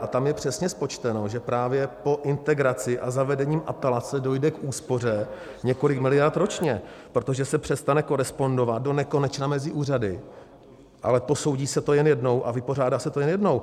A tam je přesně spočteno, že právě po integraci a zavedením apelace dojde k úspoře několik miliard ročně, protože se přestane korespondovat donekonečna mezi úřady, ale posoudí se to jen jednou a vypořádá se to jen jednou.